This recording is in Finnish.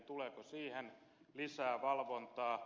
tuleeko siihen lisää valvontaa